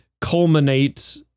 culminate